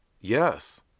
Yes